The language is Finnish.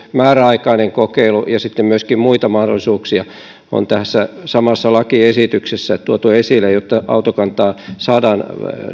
määräaikainen romutuspalkkiokokeilu ja sitten myöskin muita mahdollisuuksia joita on tässä samassa lakiesityksessä tuotu esille jotta autokantaa saadaan